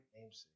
namesake